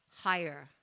higher